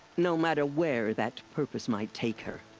no matter where that purpose might take her.